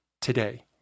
today